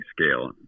scale